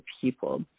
people